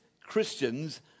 Christians